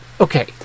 okay